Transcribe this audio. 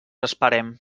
esperem